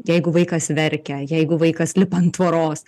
jeigu vaikas verkia jeigu vaikas lipa ant tvoros